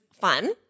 fun